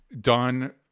done